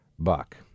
buck